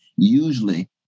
usually